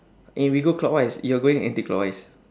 eh we go clockwise you're going anticlockwise